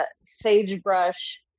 sagebrush